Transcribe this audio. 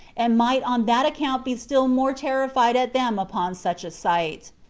and might on that account be still more terrified at them upon such a sight.